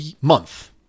month